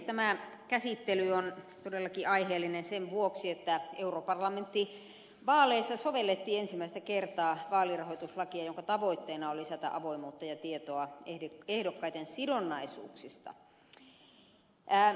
tämä käsittely on todellakin aiheellinen sen vuoksi että europarlamenttivaaleissa sovellettiin ensimmäistä kertaa vaalirahoituslakia jonka tavoitteena on lisätä avoimuutta ja tietoa ehdokkaiden sidonnaisuuksista